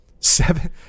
seven